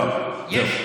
יואב, זהו.